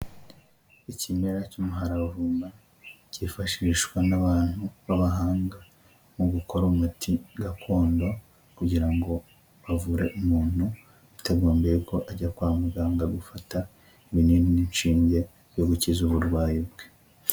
Ikimera cy'umuharavumba, cyifashishwa n'abantu b'abahanga mu gukora umuti gakondo, kugira ngo avure umuntu, biatagombye ko ajya kwa muganga gufata ibinini n'inshinge, byo gukiza uburwayi bwe.